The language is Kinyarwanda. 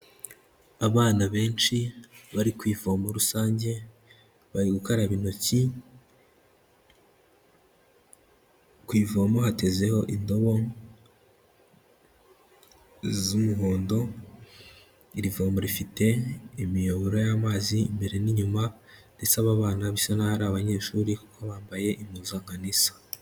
Abana benshi bari ku ivomo rusange bari gukaraba intoki, ku ivomo hatezeho indobo z'umuhondo, iri vomo rifite imiyoboro y'amazi imbere n'inyuma ndetse aba bana bisa n'aho ari abanyeshuri kuko bambaye impuzankano isa.